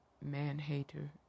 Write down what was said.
man-hater